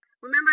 Remember